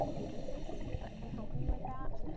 agencies that can help you with that,